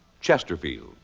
Chesterfield